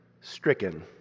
stricken